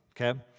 Okay